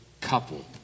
couple